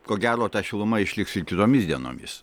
ko gero ta šiluma išliks ir kitomis dienomis